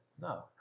No